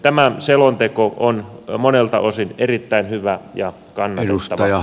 tämä selonteko on monelta osin erittäin hyvä ja kannatettava